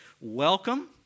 welcome